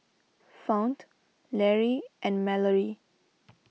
Fount Lary and Mallory